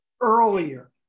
earlier